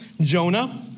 Jonah